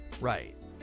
right